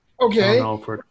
Okay